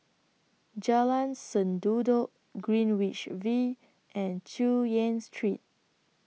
Jalan Sendudok Greenwich V and Chu Yen Street